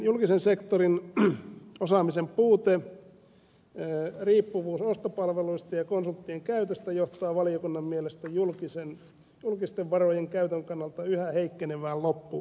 julkisen sektorin osaamisen puute riippuvuus ostopalveluista ja konsulttien käytöstä johtaa valiokunnan mielestä julkisten varojen käytön kannalta yhä heikkenevään lopputulokseen